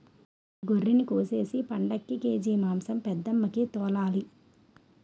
గొర్రినికోసేసి పండక్కి కేజి మాంసం పెద్దమ్మికి తోలాలి